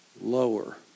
lower